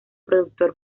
productor